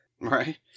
right